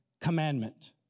commandment